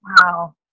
wow